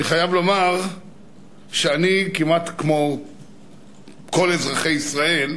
אני חייב לומר שאני, כמעט כמו כל אזרחי ישראל,